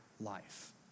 life